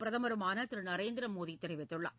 பிரதமருமான திரு நரேந்திர மோடி தெரிவித்துள்ளார்